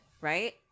Right